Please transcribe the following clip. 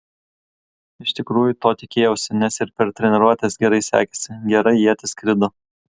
iš tikrųjų to tikėjausi nes ir per treniruotes gerai sekėsi gerai ietis skrido